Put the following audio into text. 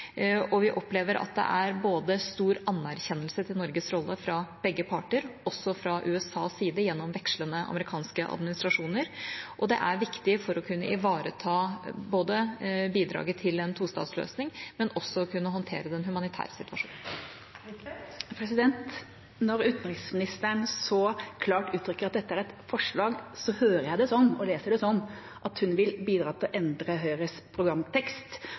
Vi opplever at det er stor anerkjennelse for Norges rolle fra begge parter, også fra USAs side gjennom vekslende amerikanske administrasjoner. Det er viktig for både å kunne ivareta bidraget til en tostatsløsning og å kunne håndtere den humanitære situasjonen. Det åpnes for oppfølgingsspørsmål – først Anniken Huitfeldt. Når utenriksministeren så klart uttrykker at dette er et forslag, hører jeg og leser jeg det sånn at hun vil bidra til å endre Høyres programtekst.